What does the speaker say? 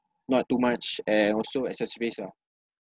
not too much and also accessories ah